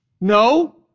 No